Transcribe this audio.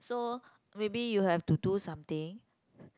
so maybe you have to do something